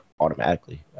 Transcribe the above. automatically